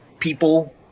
people